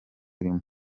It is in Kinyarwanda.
urimo